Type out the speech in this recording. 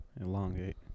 Elongate